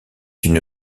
une